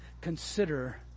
consider